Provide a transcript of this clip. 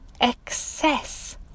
excess